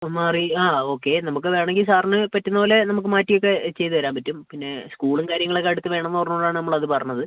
ഇപ്പം മാറി ആ ഓക്കെ നമുക്ക് വേണമെങ്കിൽ സാറിന് പറ്റുന്ന പോലെ നമുക്ക് മാറ്റി ഒക്കെ ചെയ്തുതരാൻ പറ്റും പിന്നെ സ്കൂളും കാര്യങ്ങളൊക്കെ അടുത്ത് വേണമെന്ന് പറഞ്ഞതുകൊണ്ട് ആണ് നമ്മൾ അത് പറഞ്ഞത്